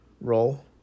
Role